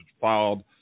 filed